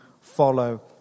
follow